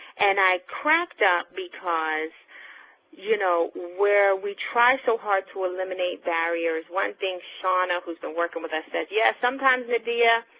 and i cracked up because you know, where we try so hard to eliminate barriers, one thing sort of who's been working with us said, yes, sometimes, nadia,